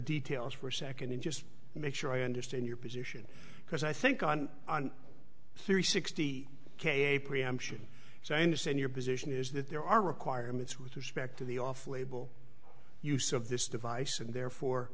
details for a second and just make sure i understand your position because i think on three sixty k a preemption so i understand your position is that there are requirements with respect to the off label use of this device and therefore